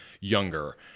younger